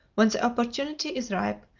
when the opportunity is ripe,